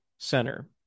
center